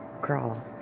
crawl